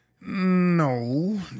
No